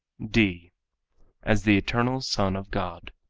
d as the eternal son, of god.